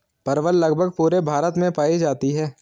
परवल लगभग पूरे भारत में पाई जाती है